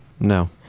no